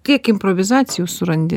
tiek improvizacijų surandi